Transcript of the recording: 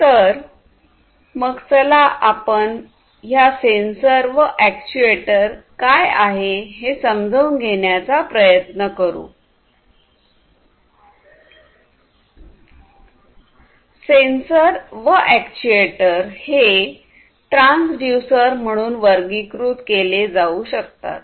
तर मग चला आपण हा सेंसर व अॅक्ट्युएटरकाय आहे हे समजून घेण्याचा प्रयत्न करू सेन्सर व अॅक्ट्युएटर हे ट्रान्सड्यूसर म्हणून वर्गीकृत केले जाऊ शकतात